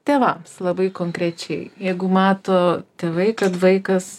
tėvams labai konkrečiai jeigu mato tėvai kad vaikas